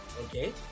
Okay